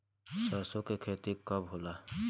सरसों के खेती कब कब होला?